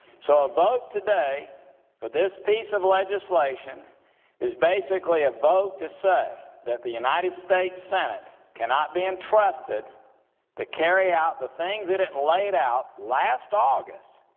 so a vote today for this piece of legislation is basically a vote to say that the united states senate cannot be entrusted to carry out the things that it laid out last august,